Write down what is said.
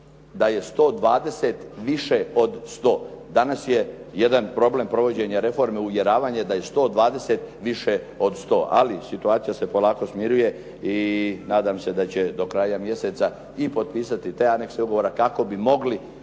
da je 120 više od 100. Danas je jedan problem provođenja reforme i uvjeravanje da je 120 više od 100. Ali situacija se polako smiruje i nadam se da će do kraja mjeseca i potpisati te anekse ugovora kako bi mogli